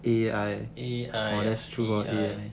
A_I ah A_I ah